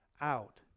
out